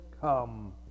come